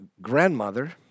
grandmother